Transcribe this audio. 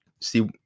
See